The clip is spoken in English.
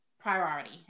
priority